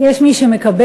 יש מי שמקבל,